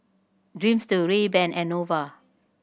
Dreamster Rayban and Nova